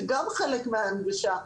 זה גם חלק מההנגשה.